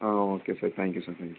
ah okay sir thank you sir thank you